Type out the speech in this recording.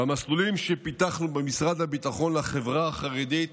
במסלולים שפיתחנו במשרד הביטחון לחברה החרדית